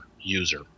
user